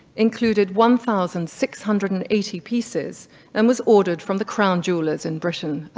included one thousand six hundred and eighty pieces and was ordered from the crown jewelers in britain,